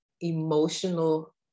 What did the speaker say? emotional